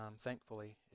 thankfully